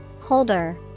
Holder